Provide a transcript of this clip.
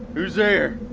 who's there?